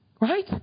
Right